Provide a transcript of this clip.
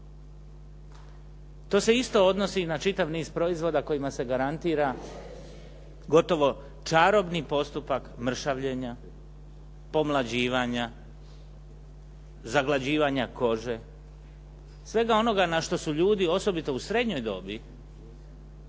To se isto odnosi i na čitav niz proizvoda kojima se garantira gotovo čarobni postupak mršavljenja, pomlađivanja, zaglađivanja kože, svega onoga na što su ljudi osobito u srednjoj dobi